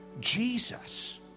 Jesus